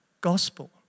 gospel